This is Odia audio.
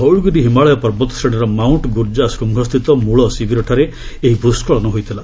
ଧଉଳଗିରି ହିମାଳୟ ପର୍ବତଶ୍ରେଶୀର ମାଉଣ୍ଟ୍ ଗୁର୍ଜା ଶ୍ଚଙ୍ଗ ସ୍ଥିତ ମୂଳ ଶିବିରଠାରେ ଏହି ଭୂସ୍କଳନ ହୋଇଥିଲା